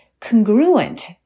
congruent